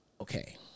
Okay